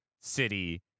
city